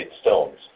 stones